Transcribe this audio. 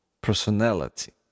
personality